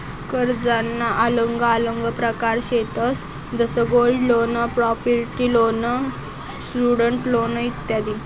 कर्जना आल्लग आल्लग प्रकार शेतंस जसं gold loan, property loan, student loan इत्यादी